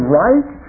right